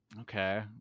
Okay